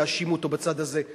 יאשימו אותו בצד הזה.